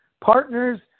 Partners